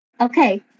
Okay